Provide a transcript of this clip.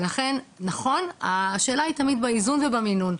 לכן, נכון, השאלה היא תמיד באיזון ובמינון.